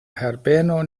herbeno